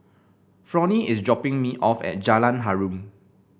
Fronnie is dropping me off at Jalan Harum